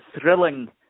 thrilling